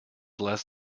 less